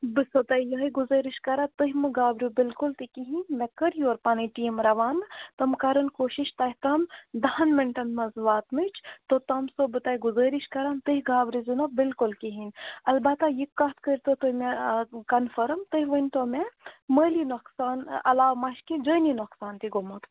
بہٕ چھِ سو تۄہہِ یِہوٚے گُزٲرِش کران تُہۍ مہٕ گابرِو بِلکُل تہِ کِہیٖنۍ مےٚ کٔر یورٕ پَنٕنۍ ٹیٖم روانہٕ تِم کَرَن کوٗشِش تۄہہِ تام دَہَن مِنٹَن منٛز واتنٕچ تہٕ توٚتام چھِسو بہٕ تۄہہِ گُزٲرِش کران تُہۍ گابرٲیزیو نہٕ بِلکُل کِہیٖنۍ البَتہ یہِ کَتھ کٔرۍتو تُہۍ مےٚ کَنفٲرٕم تُہۍ ؤنۍتو مےٚ مٲلی نۄقصان علاوٕ مَہ چھُ کیٚنٛہہ جٲنی نۄقصان تہِ گوٚمُت